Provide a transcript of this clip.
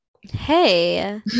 Hey